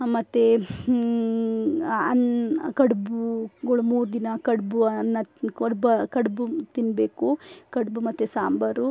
ಮತ್ತೆ ಕಡುಬು ಗುಳಮಉದ್ದಿನ ಕಡುಬು ಅನ್ನ ಕಡುಬು ತಿನ್ನಬೇಕು ಕಡುಬು ಮತ್ತು ಸಾಂಬಾರು